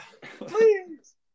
please